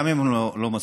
גם אם הם לא מספיקים,